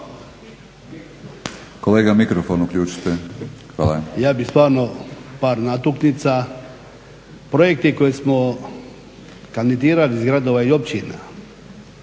…/Govornik nije uključen./… ja bih stvarno par natuknica. Projekti koje smo kandidirali iz gradova i općina